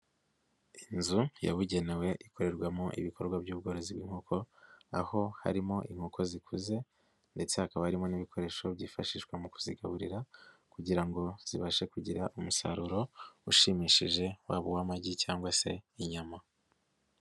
Inzu yabugenewe ikorerwamo ibikorwa by'ubworozi inkoko, aho harimo inkoko zikuze ndetse hakaba harimo n'ibikoresho byifashishwa mu kuzigaburira kugira ngo zibashe kugira umusaruro, ushimishije waba uw'amagi cyangwa se inyama.